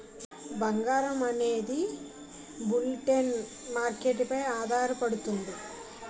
బంగారం అనేది bullion market పై ఆధారపడుతుంది